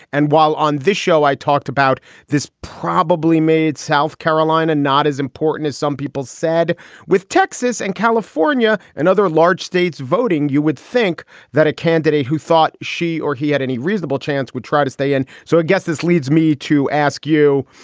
and while on this show i talked about this probably made south carolina not as important as some people said with texas and california and other large states voting, you would think that a candidate who thought she or he had any reasonable chance would try to stay in. so i guess this leads me to ask you,